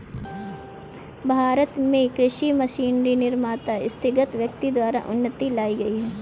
भारत में कृषि मशीनरी निर्माता स्थगित व्यक्ति द्वारा उन्नति लाई गई है